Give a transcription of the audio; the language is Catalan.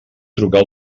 trucar